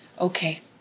Okay